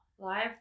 Live